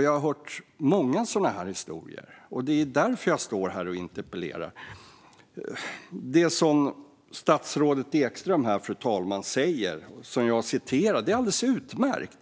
Jag har hört många sådana historier. Det är därför jag interpellerar om detta. Fru talman! Det som statsrådet Ekström har anfört och som jag citerar är alldeles utmärkt.